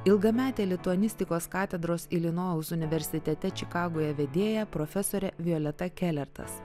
ilgamete lituanistikos katedros ilinojaus universitete čikagoje vedėja profesore violeta kelertas